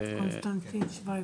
כן, קונסטנטין שוויביש.